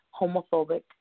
homophobic